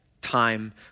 time